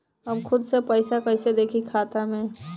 हम खुद से पइसा कईसे देखी खाता में?